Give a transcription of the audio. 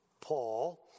Paul